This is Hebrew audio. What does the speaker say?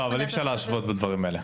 לא, אי אפשר להשוות בין הדברים האלה.